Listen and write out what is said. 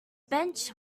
bench